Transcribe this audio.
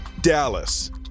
Dallas